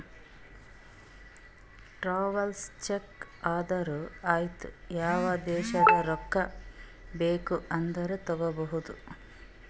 travellers cheque ಇದ್ದೂರು ಐಯ್ತ ಯಾವ ದೇಶದು ರೊಕ್ಕಾ ಬೇಕ್ ಆದೂರು ತಗೋಬೋದ